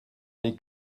n’est